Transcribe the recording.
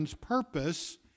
purpose